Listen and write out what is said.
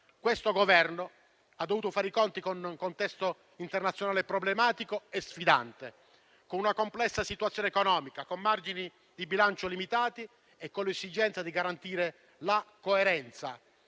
Questo Governo ha dovuto fare i conti con un contesto internazionale problematico e sfidante, con una complessa situazione economica, con margini di bilancio limitati e con l'esigenza di garantire la coerenza